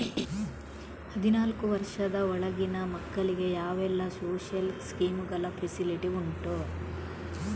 ಹದಿನಾಲ್ಕು ವರ್ಷದ ಒಳಗಿನ ಮಕ್ಕಳಿಗೆ ಯಾವೆಲ್ಲ ಸೋಶಿಯಲ್ ಸ್ಕೀಂಗಳ ಫೆಸಿಲಿಟಿ ಉಂಟು?